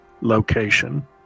location